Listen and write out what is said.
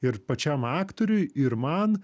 ir pačiam aktoriui ir man